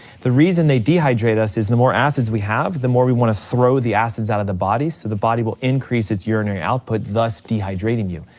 the reason they dehydrate us is the more acids we have, the more we wanna throw the acids out of the body so the body will increase its urinary output, thus dehydrating you.